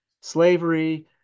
slavery